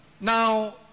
Now